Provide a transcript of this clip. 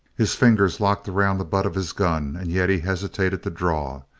his fingers locked around the butt of his gun and yet he hesitated to draw.